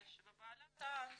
להתגרש ובעלה טען